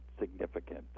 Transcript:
significant